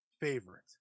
favorite